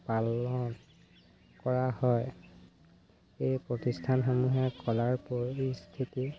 পালন কৰা হয় এই প্ৰতিষ্ঠানসমূহে কলাৰ পৰিস্থিতি